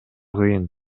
кыйын